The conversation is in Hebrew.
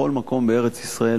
בכל מקום בארץ-ישראל,